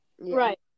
Right